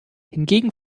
hingegen